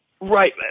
Right